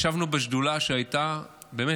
ישבנו בשדולה שבאמת,